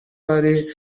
hari